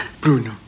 Bruno